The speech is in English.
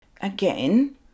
Again